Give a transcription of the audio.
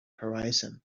horizon